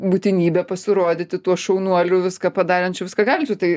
būtinybė pasirodyti tuo šaunuoliu viską padarančiu viską galinčiu tai